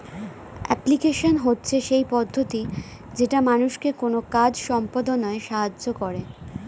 application হচ্ছে সেই পদ্ধতি যেটা মানুষকে কোনো কাজ সম্পদনায় সাহায্য করে